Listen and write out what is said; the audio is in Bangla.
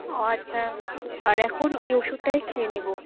ও আচ্ছা আর এখন ওই ওষুধটাই খেয়ে নেব